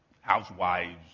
housewives